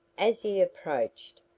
as he approached,